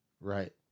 Right